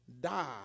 die